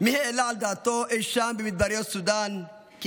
מי העלה על דעתו אי-שם במדבריות סודאן כי